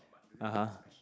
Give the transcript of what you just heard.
(uh huh)